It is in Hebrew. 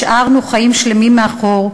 השארנו חיים שלמים מאחור,